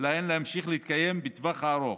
להן להמשיך להתקיים בטווח הארוך,